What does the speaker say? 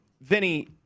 Vinny